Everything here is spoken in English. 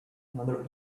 another